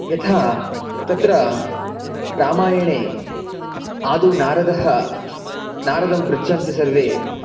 यथा तत्र रामायणे आदौ नारदः नारदं पृच्छन्ति सर्वे